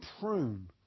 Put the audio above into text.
prune